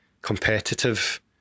competitive